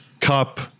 Cup